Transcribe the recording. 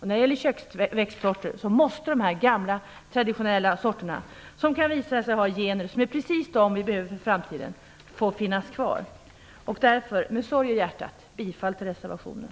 När det gäller köksväxtsorter måste de gamla traditionella sorterna, som kan visa sig ha gener som är precis de som vi behöver för framtiden, få finnas kvar. Därför är det med sorg i hjärtat som jag yrkar bifall till reservationen.